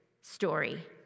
story